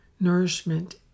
nourishment